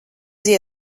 sie